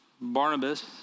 Barnabas